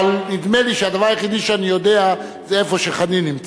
אבל נדמה לי שהדבר היחיד שאני יודע זה איפה חנין נמצא.